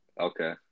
okay